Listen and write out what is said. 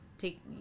take